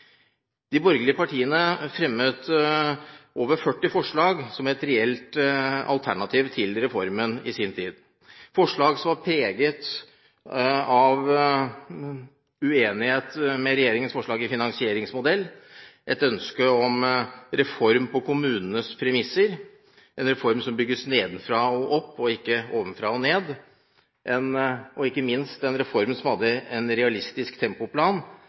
De borgerlige partiene fremmet over 40 forslag som et reelt alternativ til reformen i sin tid – forslag som var preget av uenighet når det gjaldt regjeringens forslag til finansieringsmodell. Det var et ønske om en reform på kommunenes premisser, en reform som bygges nedenifra og opp, og ikke ovenifra og ned. Det var ikke minst et ønske om en reform som hadde en realistisk tempoplan.